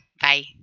Bye